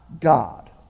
god